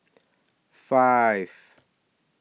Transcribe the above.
five